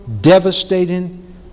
devastating